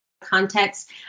context